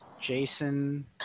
Jason